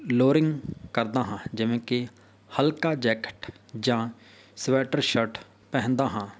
lowering ਕਰਦਾ ਹਾਂ ਜਿਵੇਂ ਕਿ ਹਲਕਾ ਜੈਕਟ ਜਾਂ ਸਵੈਟਰਸ਼ਰਟ ਪਹਿਨਦਾ ਹਾਂ